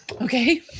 Okay